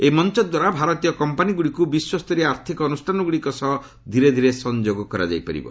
ଏହି ମଞ୍ଚ ଦ୍ୱାରା ଭାରତୀୟ କମ୍ପାନୀ ଗୁଡ଼ିକୁ ବିଶ୍ୱସ୍ତରୀୟ ଆର୍ଥିକ ଅନୁଷ୍ଠାନ ଗୁଡ଼ିକ ସହ ଧୀରେ ଧୀରେ ସଂଯୋଗ କରାଯାଇପାରିବ